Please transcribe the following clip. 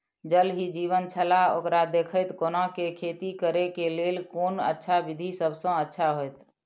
ज़ल ही जीवन छलाह ओकरा देखैत कोना के खेती करे के लेल कोन अच्छा विधि सबसँ अच्छा होयत?